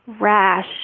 rash